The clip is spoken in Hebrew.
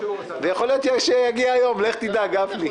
ויכול להיות שיגיע היום, לך תדע, גפני.